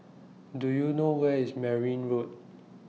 Do YOU know Where IS Merryn Road